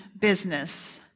business